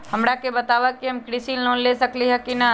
हमरा के बताव कि हम कृषि लोन ले सकेली की न?